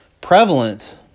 prevalent